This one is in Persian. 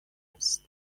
است